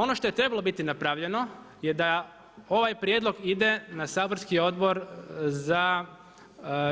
Ono što je trebalo biti napravljeno je da ovaj prijedlog ide na saborski Odbor za